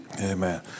Amen